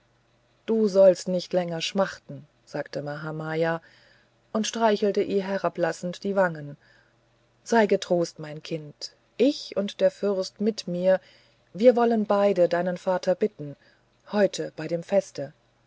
du sollst nicht länger schmachten sagte mahamaya und streichelte ihr herablassend die wange sei getrost mein kind ich und der fürst mit mir wir wollen beide deinen vater bitten heute bei dem feste